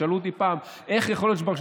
שאלו אותי פעם איך יכול להיות שברשות